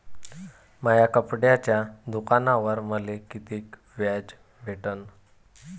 माया कपड्याच्या दुकानावर मले कितीक व्याज भेटन?